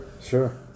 sure